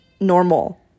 normal